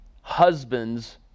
husbands